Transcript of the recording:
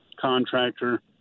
contractor